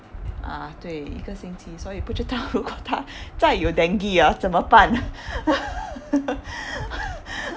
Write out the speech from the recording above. ah 对一个星期所以不知道如果她再有:yi ge xing qi suo yi bu zhi dao ru guo ta zai you dengue ah 怎么办